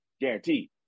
guaranteed